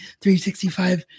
365